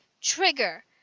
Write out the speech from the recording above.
trigger